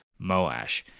Moash